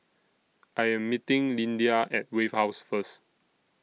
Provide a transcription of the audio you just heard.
I Am meeting Lyndia At Wave House First